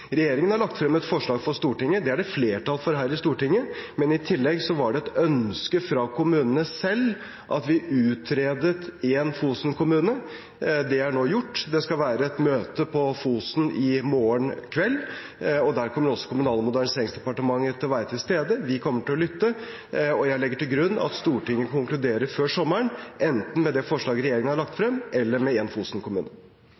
Regjeringen har lagt frem et forslag for Stortinget, det er det flertall for her i Stortinget. I tillegg var det et ønske fra kommunene selv at vi utredet én Fosen-kommune. Det er nå gjort. Det skal være et møte på Fosen i morgen kveld, der kommer også Kommunal- og moderniseringsdepartementet til å være til stede. Vi kommer til å lytte, og jeg legger til grunn at Stortinget konkluderer før sommeren, enten med det forslaget regjeringen har lagt